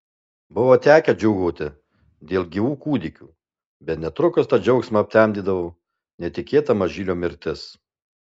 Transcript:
buvo tekę džiūgauti dėl gyvų kūdikių bet netrukus tą džiaugsmą aptemdydavo netikėta mažylio mirtis